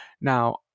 Now